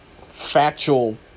factual